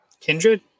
Kindred